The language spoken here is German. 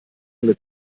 eine